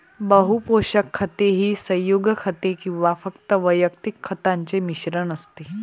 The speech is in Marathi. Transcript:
बहु पोषक खते ही संयुग खते किंवा फक्त वैयक्तिक खतांचे मिश्रण असते